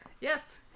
Yes